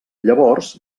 llavors